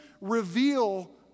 reveal